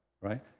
right